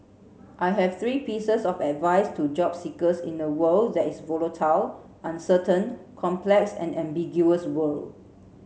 I have three pieces of advice to job seekers in a world that is volatile uncertain complex and ambiguous world